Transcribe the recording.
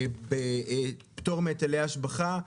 בפטור מהיטלי השבחה.